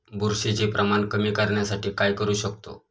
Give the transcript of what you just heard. बुरशीचे प्रमाण कमी करण्यासाठी काय करू शकतो?